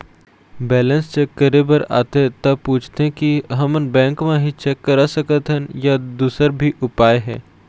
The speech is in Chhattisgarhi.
बैलेंस चेक करे बर आथे ता पूछथें की हमन बैंक मा ही चेक करा सकथन या दुसर भी उपाय हे?